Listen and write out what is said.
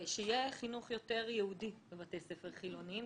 שיהיה חינוך יותר יהודי בבתי ספר חילוניים,